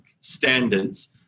standards